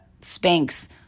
Spanx